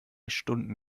stunden